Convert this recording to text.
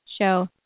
show